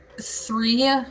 three